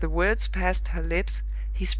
as the words passed her lips,